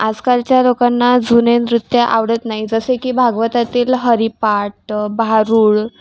आज कालच्या लोकांना जुने नृत्य आवडत नाही जसे की भागवतातील हरिपाठ भारुड